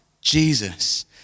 Jesus